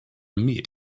meat